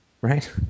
right